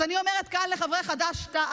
אז אני אומרת כאן לחברי חד"ש-תע"ל,